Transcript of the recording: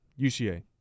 UCA